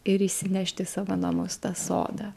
ir įsinešt į savo namus tą sodą